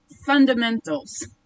Fundamentals